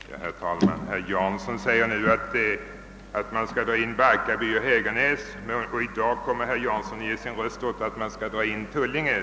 Herr talman! Herr Jansson säger nu att man skall dra in Barkarby och Hägernäs, och i dag kommer herr Jansson att ge sin röst för att man skall dra in Tullinge.